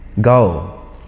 Go